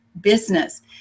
business